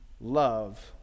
love